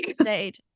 stayed